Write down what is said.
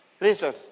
Listen